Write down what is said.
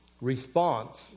Response